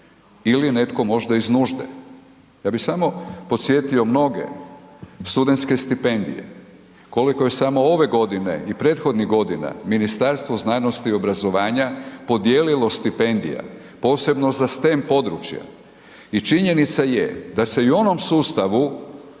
ili netko možda iz nužde. Ja bi samo podsjetio mnoge, studentske stipendije, koliko je samo ove godine i prethodnih godina Ministarstvo znanosti i obrazovanja podijelilo stipendija posebno za stam područja i činjenica je da se i u onom sustavu